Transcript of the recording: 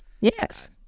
yes